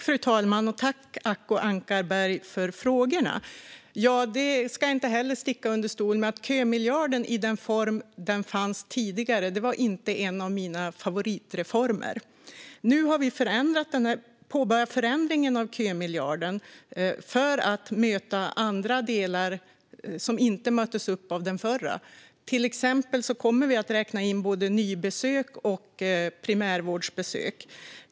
Fru talman! Tack, Acko Ankarberg Johansson, för frågorna! Kömiljarden i den form den hade tidigare var inte en av mina favoritreformer; det ska jag inte heller sticka under stol med. Nu har vi påbörjat förändringen av kömiljarden för att möta delar som den inte mötte förut. Till exempel kommer vi att räkna in både nybesök och primärvårdsbesök.